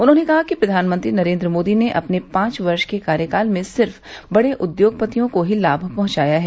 उन्होनें कहा कि प्रधानमंत्री नरेन्द्र मोदी ने अपने पाँच वर्ष के कार्यकाल में सिर्फ बड़े उद्योगपतियों को ही लाभ पहुंचाया है